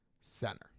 center